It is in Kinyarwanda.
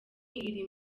iri